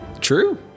True